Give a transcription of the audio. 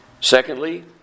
Secondly